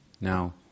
Now